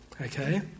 Okay